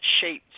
shapes